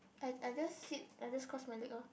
I I just sit I just cross my leg loh